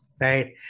Right